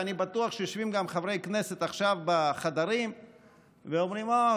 ואני בטוח שיושבים גם חברי כנסת עכשיו בחדרים ואומרים: אה,